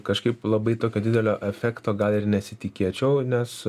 kažkaip labai tokio didelio efekto gal ir nesitikėčiau nes